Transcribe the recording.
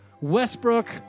Westbrook